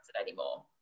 anymore